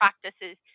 practices